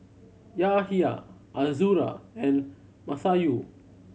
Yahya Azura and Masayu